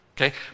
Okay